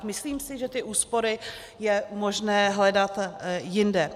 Myslím si, že ty úspory je možné hledat jinde.